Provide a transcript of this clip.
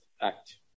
Act